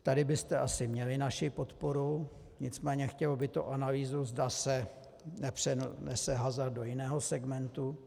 Tady byste asi měli naši podporu, nicméně chtělo by to analýzu, zda se nepřenese hazard do jiného segmentu.